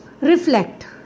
reflect